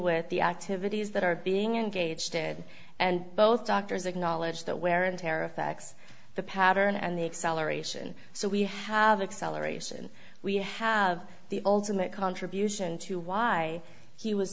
with the activities that are being engaged and both doctors acknowledge that wear and tear affects the pattern and the acceleration so we have acceleration we have the ultimate contribution to why he was